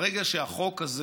ברגע שהחוק הזה